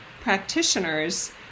practitioners